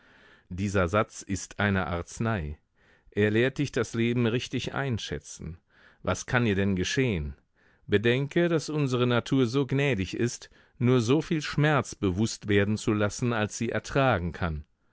dieser satz ist eine arznei er lehrt dich das leben richtig einschätzen was kann dir denn geschehen bedenke daß unsere natur so gnädig ist nur soviel schmerz bewußt werden zu lassen als sie ertragen kann